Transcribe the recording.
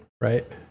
right